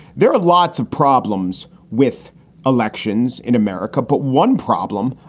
there are lots of problems with elections in america. but one problem,